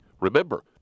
Remember